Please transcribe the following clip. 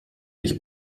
ich